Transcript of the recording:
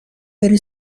بری